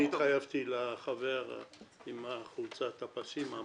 ברשותכם, אני התחייבתי לחבר עם חולצת הפסים.